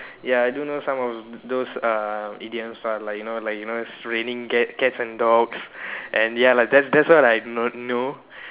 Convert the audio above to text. ya I do know some of those um idioms ah like you know like you know raining cats cats and dogs and ya lah that's that's all I know know